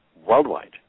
Worldwide